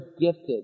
gifted